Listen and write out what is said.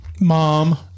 mom